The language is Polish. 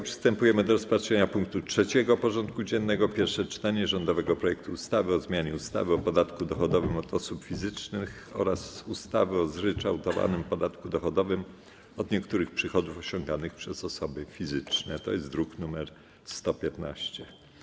Przystępujemy do rozpatrzenia punktu 3. porządku dziennego: Pierwsze czytanie rządowego projektu ustawy o zmianie ustawy o podatku dochodowym od osób fizycznych oraz ustawy o zryczałtowanym podatku dochodowym od niektórych przychodów osiąganych przez osoby fizyczne (druk nr 115)